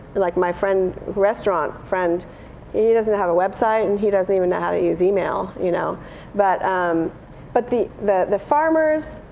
like my friend restaurant friend yeah he doesn't have a website and he doesn't even know how to use email. you know but um but the the farmers